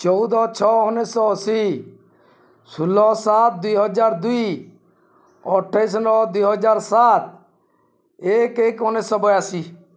ଚଉଦ ଛଅ ଉଣେଇଶ ଶହ ଅଶୀ ଷୋହଳ ସାତ ଦୁଇହଜାର ଦୁଇ ଅଠେଇଶ ନଅ ଦୁଇହଜାର ସାତ ଏକ ଏକ ଉଣେଇଶହ ବୟାଅଶୀ